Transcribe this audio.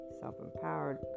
self-empowered